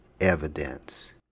evidence